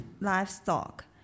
livestock